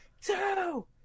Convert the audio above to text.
Two